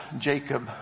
Jacob